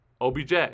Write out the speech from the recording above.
OBJ